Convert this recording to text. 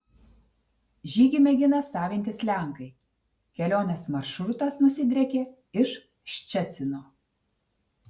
žygį mėgina savintis lenkai kelionės maršrutas nusidriekė iš ščecino